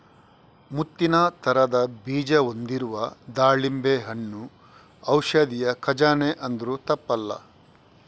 ಮುತ್ತಿನ ತರದ ಬೀಜ ಹೊಂದಿರುವ ದಾಳಿಂಬೆ ಹಣ್ಣು ಔಷಧಿಯ ಖಜಾನೆ ಅಂದ್ರೂ ತಪ್ಪಲ್ಲ